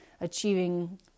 achieving